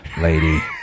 lady